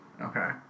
okay